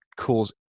cause